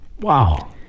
Wow